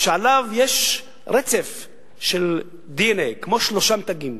שעליו יש רצף של DNA, כמו שלושה מתגים.